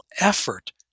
effort